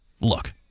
look